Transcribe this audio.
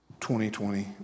2020